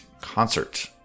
concert